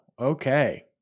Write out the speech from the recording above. Okay